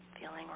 feeling